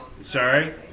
Sorry